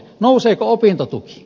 nouseeko opintotuki